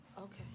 Okay